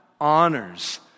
honors